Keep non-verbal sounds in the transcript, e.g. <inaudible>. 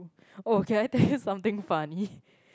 oh can I tell you something funny <laughs>